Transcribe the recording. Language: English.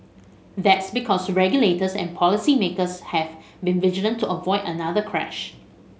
that's because regulators and policy makers have vigilant to avoid another crash